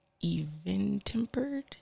even-tempered